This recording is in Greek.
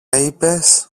είπες